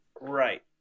Right